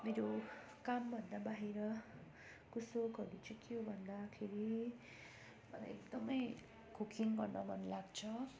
मेरो काम भन्दा बाहिरको सोखहरू चाहिँ के हो भन्दाखेरि मलाई एकदमै कुकिङ गर्न मन लाग्छ